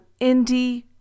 indie